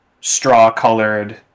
straw-colored